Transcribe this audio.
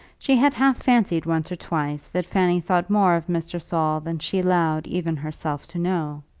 she had half fancied once or twice that fanny thought more of mr. saul than she allowed even herself to know.